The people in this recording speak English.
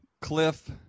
cliff